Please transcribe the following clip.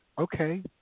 Okay